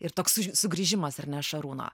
ir toks sugrįžimas ar ne šarūno